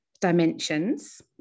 dimensions